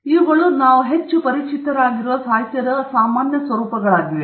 ಇವುಗಳು ನಾವು ಹೆಚ್ಚು ಪರಿಚಿತವಾಗಿರುವ ಸಾಹಿತ್ಯದ ಹೆಚ್ಚು ಸಾಮಾನ್ಯ ಸ್ವರೂಪಗಳಾಗಿವೆ